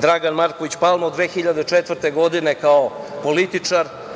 Dragan Marković Palma od 2004. godine, kao političar,